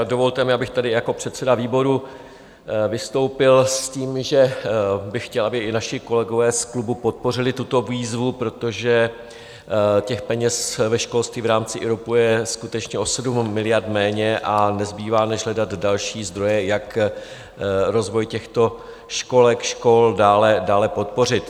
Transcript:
Dovolte mi, abych tady jako předseda výboru vystoupil s tím, že bych chtěl, aby i naši kolegové z klubu podpořili tuto výzvu, protože peněz ve školství v rámci IROPu je skutečně o 7 miliard méně a nezbývá než hledat další zdroje, jak rozvoj těchto školek, škol dále podpořit.